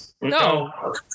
No